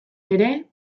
ere